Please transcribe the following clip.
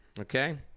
okay